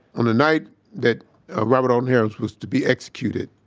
on the night that robert alton harris was to be executed,